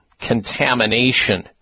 contamination